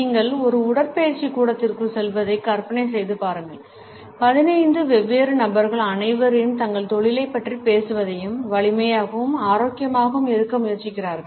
நீங்கள் ஒரு உடற்பயிற்சி கூடத்திற்குள் செல்வதை கற்பனை செய்து பாருங்கள் 15 வெவ்வேறு நபர்கள் அனைவரும் தங்கள் தொழிலைப் பற்றிப் பேசுவதையும் வலிமையாகவும் ஆரோக்கியமாகவும் இருக்க முயற்சிக்கிறார்கள்